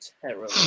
terrible